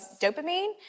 dopamine